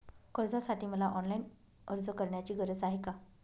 कर्जासाठी मला ऑनलाईन अर्ज करण्याची गरज आहे का?